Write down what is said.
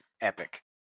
Epic